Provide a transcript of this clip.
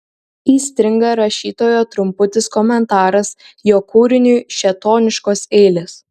įstringa rašytojo trumputis komentaras jo kūriniui šėtoniškos eilės